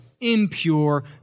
impure